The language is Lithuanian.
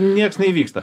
nieks neįvyksta